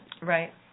right